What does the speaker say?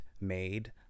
made